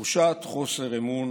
תחושת חוסר אמון